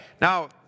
Now